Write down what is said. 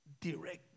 direct